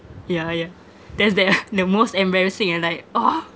yeah yeah there's there the most embarrassing and like !ow!